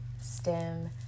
STEM